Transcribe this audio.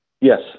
Yes